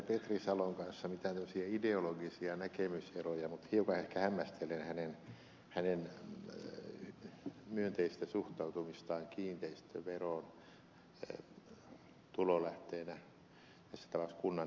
petri salon kanssa mitään tämmöisiä ideologisia näkemyseroja mutta hiukan ehkä hämmästelen hänen myönteistä suhtautumistaan kiinteistöveroon tulolähteenä tässä tapauksessa kunnan tulolähteenä